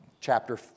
chapter